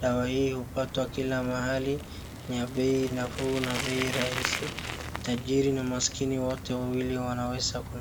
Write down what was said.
Dawa hii hupatwa kila mahali, na bei nafuu na bei rahisi. Tajiri na maskini wote wawili wanaweza kununua.